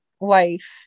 life